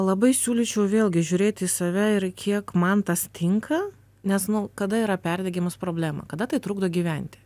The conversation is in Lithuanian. labai siūlyčiau vėlgi žiūrėti į save ir kiek man tas tinka nes nu kada yra perdegimas problema kada tai trukdo gyventi